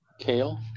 kale